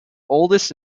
oldest